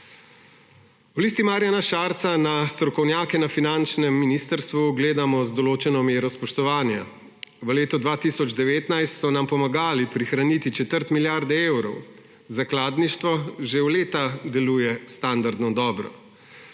V Listi Marjana Šarca na strokovnjake na finančnem ministrstvu gledamo z določeno mero spoštovanja.V letu 2019 so nam pomagali prihraniti četrt milijarde evrov, zakladništvo že leta deluje standardno dobro.